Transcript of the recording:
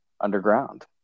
underground